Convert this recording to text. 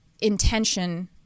intention